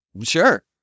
Sure